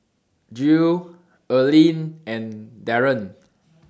Jill Erlene and Daron